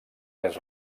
més